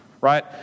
right